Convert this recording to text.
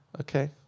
okay